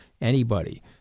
anybody-